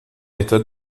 état